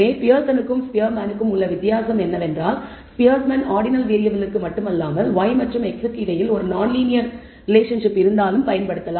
பியர்சனுக்கும் ஸ்பியர்மேனுக்கும் உள்ள வித்தியாசம் என்னவென்றால் ஸ்பியர்மேன் ஆர்டினல் வேறியபிள்களுக்கு மட்டுமல்லாமல் y மற்றும் x க்கு இடையில் ஒரு நான்லீனியர் ரிலேஷன்ஷிப் இருந்தாலும் பயன்படுத்தலாம்